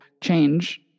change